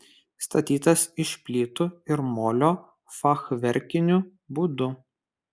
statytas iš plytų ir molio fachverkiniu būdu